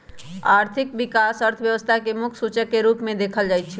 आर्थिक विकास अर्थव्यवस्था के मुख्य सूचक के रूप में देखल जाइ छइ